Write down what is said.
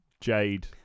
Jade